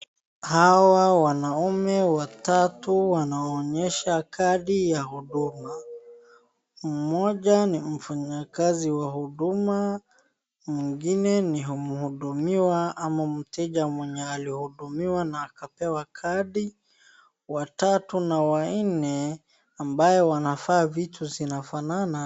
Hawa wanaume watatu wanaonyesha kadi ya huduma. Mmoja ni mfanyakazi wa huduma ,mwingine ni mhudumiwa ama mteja aliyehudumiwa na akapewa kadi, watatu na wa nne ambaye wamevaa nguo zinafanana.